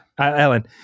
Ellen